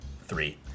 three